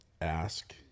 ask